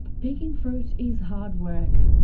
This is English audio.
picking fruit is hard work.